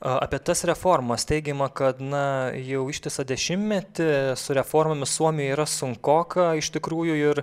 apie tas reformas teigiama kad na jau ištisą dešimtmetį su reformomis suomijoj yra sunkoka iš tikrųjų ir